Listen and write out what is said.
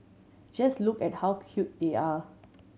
just look at how cute they are